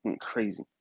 crazy